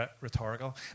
rhetorical